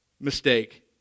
mistake